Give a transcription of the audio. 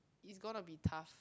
it's gonna be tough